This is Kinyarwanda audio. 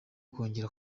kongera